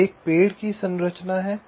तो एक पेड़ की संरचना है